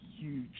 huge